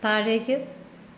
താഴേക്ക്